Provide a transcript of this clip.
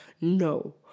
no